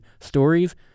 stories